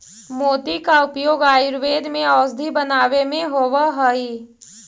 मोती का उपयोग आयुर्वेद में औषधि बनावे में होवअ हई